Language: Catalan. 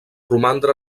romandre